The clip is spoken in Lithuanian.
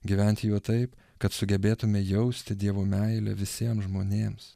gyventi juo taip kad sugebėtume jausti dievo meilę visiem žmonėms